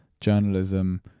journalism